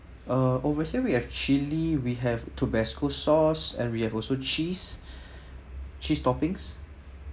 uh over here we have chili we have tabasco sauce and we have also cheese cheese toppings